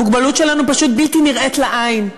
המוגבלות שלנו פשוט בלתי נראית לעין,